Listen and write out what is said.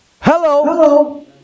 Hello